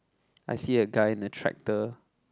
I see a guy in a tractor